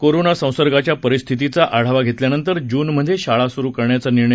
corona संसर्गाच्या परिस्थितीचा आढावा घेतल्यानंतर जून मध्ये शाळा सुरू करण्याचा निर्णय